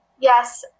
yes